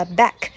back